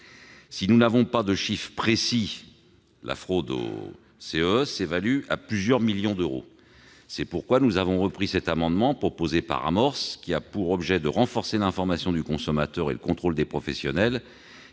Si nous n'avons pas de chiffres précis, la fraude aux CEE peut être évaluée à plusieurs millions d'euros. C'est la raison pour laquelle nous avons repris cet amendement, proposé par Amorce, qui a pour objet de renforcer l'information du consommateur et le contrôle des professionnels